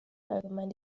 allgemein